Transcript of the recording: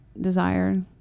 desire